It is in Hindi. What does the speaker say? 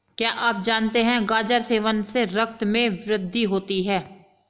क्या आप जानते है गाजर सेवन से रक्त में वृद्धि होती है?